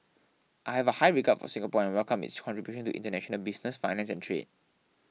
I have a high regard for Singapore and welcome its contribution to international business finance and trade